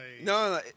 No